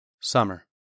SUMMER